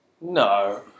No